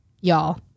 y'all